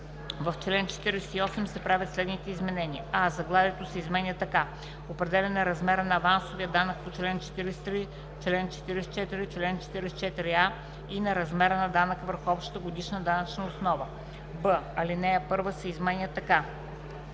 В чл. 48 се правят следните изменения: а) заглавието се изменя така: „Определяне размера на авансовия данък по чл. 43, чл. 44, чл. 44а и на размера на данъка върху общата годишна данъчна основа“; б) ал. 1 се изменя така: